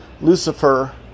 Lucifer